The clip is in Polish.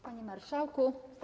Panie Marszałku!